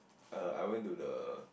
uh I went to the